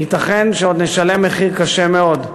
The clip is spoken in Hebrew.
ייתכן שעוד נשלם מחיר קשה מאוד.